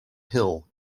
hill